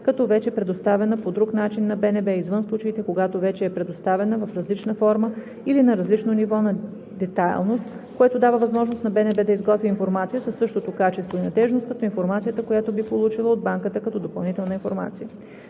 като вече предоставена по друг начин на БНБ, извън случаите когато вече е предоставена в различна форма или на различно ниво на детайлност, което дава възможност на БНБ да изготви информация със същото качество и надеждност като информацията, която би получила от банката като допълнителна информация.